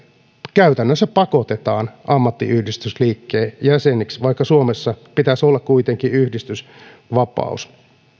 käytännössä pakotetaan ammattiyhdistysliikkeen jäseniksi vaikka suomessa pitäisi olla kuitenkin yhdistysvapaus